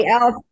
else